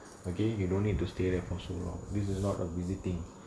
okay you don't need to stay there for so long this is not a visiting